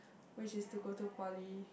which is to go to poly